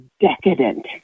decadent